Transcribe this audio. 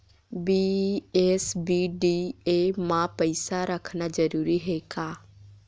BSBDA मा पईसा रखना जरूरी हे का?